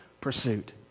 pursuit